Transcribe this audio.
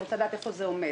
אני רוצה לדעת איפה זה עומד.